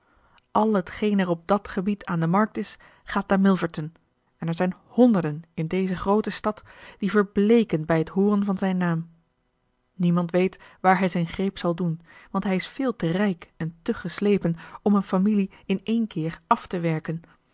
al hetgeen op dat gebied aan de markt is gaat naar milverton en er zijn honderden in deze groote stad die verbleeken bij het hooren van zijn naam niemand weet waar hij zijn greep zal doen want hij is veel te rijk en te geslepen om een familie in één keer af te werken